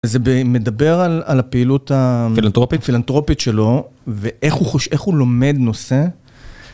זה מדבר על, על הפעילות הפילנטרופית שלו, ואיך הוא לומד נושא.